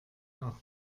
auch